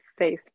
Facebook